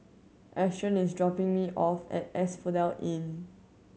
Ashton is dropping me off at Asphodel Inn